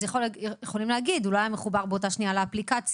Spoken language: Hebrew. אז יכולים להגיד שהוא לא היה מחובר באותה שנייה לאפליקציה,